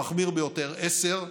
המחמיר ביותר, 10,